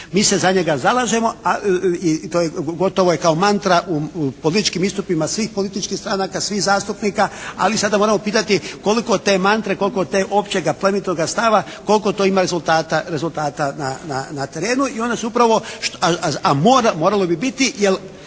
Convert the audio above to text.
Mi se za njega zalažemo i to je, gotovo je kao mantra u političkim istupima svih političkih stranaka, svih zastupnika. Ali sada moramo pitati koliko te mantre, koliko te općega plemenitoga stava, koliko to ima rezultata na terenu. I onda se upravo, a moralo bi biti